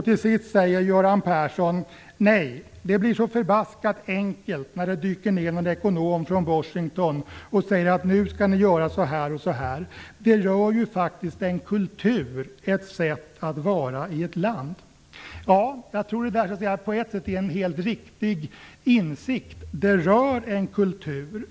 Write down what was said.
Till sist säger Göran Persson: "Nej, det blir så förbaskat enkelt när det dyker ner någon ekonom från Washington och säger att nu ska ni göra så här och så här. Det rör ju faktiskt en kultur, ett sätt att vara i ett land." Ja, jag tror att det på ett sätt är en helt riktig insikt: Det rör en kultur.